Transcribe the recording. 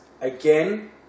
again